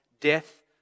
death